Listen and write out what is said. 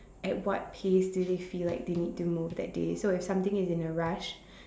at what pace do they feel like they need to move that day so if something is in a rush